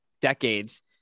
decades